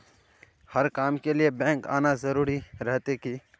हर काम के लिए बैंक आना जरूरी रहते की?